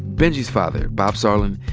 benjy's father, bob sarlin,